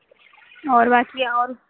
اور ویسے اور